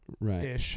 Right